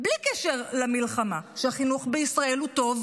בלי קשר למלחמה שהחינוך בישראל הוא טוב?